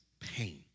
pain